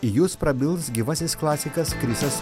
į jus prabils gyvasis klasikas krisas